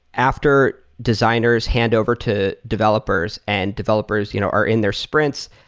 after designers handover to developers and developers you know are in their sprints,